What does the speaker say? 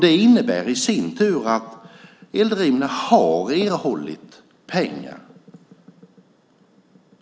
Det innebär i sin tur att Eldrimner har erhållit pengar.